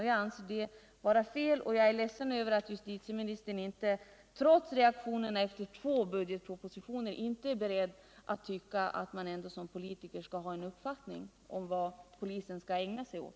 Jag anser det vara fel, och jag är ledsen över att justitieministern trots reaktionerna efter två budgetpropositioner inte är beredd att tycka att politikerna ändå bör ha en uppfattning om vad polisen skall ägna sig åt.